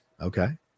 okay